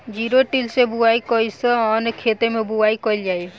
Zero till से बुआई कयिसन खेते मै बुआई कयिल जाला?